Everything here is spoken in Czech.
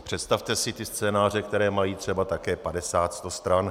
Představte si ty scénáře, které mají třeba také 50 až 100 stran.